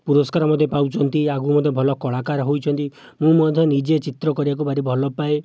ପୁରସ୍କାର ମଧ୍ୟ ପାଉଛନ୍ତି ଆଗକୁ ମଧ୍ୟ ଭଲ କଳାକାର ହୋଇଛନ୍ତି ମୁଁ ମଧ୍ୟ ନିଜେ ଚିତ୍ର କରିବାକୁ ଭାରି ଭଲ ପାଏ